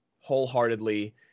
wholeheartedly